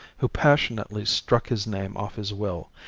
who passionately struck his name off his will,